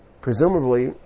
Presumably